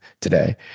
today